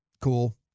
Cool